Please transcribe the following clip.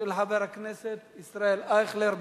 של חבר הכנסת ישראל אייכלר.